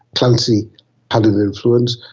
clancy had an influence.